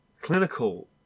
clinical